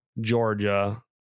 georgia